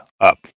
up